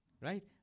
Right